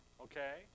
okay